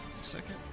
second